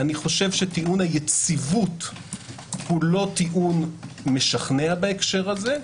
אני חושב שטיעון היציבות לא משכנע בהקשר הזה.